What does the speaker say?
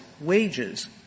wages